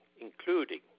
including